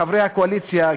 חברי הקואליציה,